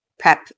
prep